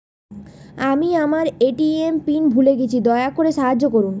আমি আমার ATM PIN ভুলে গেছি, দয়া করে সাহায্য করুন